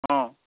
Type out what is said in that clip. অঁ